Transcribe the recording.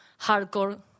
hardcore